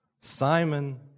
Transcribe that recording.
Simon